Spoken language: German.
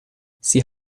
sie